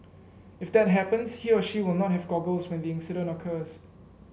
if that happens he or she will not have goggles when the incident occurs